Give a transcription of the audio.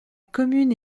commune